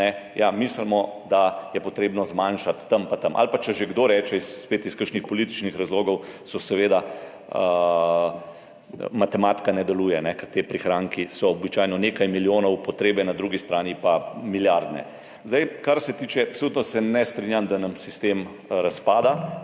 mislimo, da je potrebno zmanjšati tam pa tam. Ali pa, če že kdo reče spet iz kakšnih političnih razlogov, seveda matematika ne deluje, ker ti prihranki so običajno nekaj milijonov, potrebe na drugi strani pa milijardne. Absolutno se ne strinjam, da nam sistem razpada